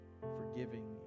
forgiving